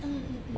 mm mm mm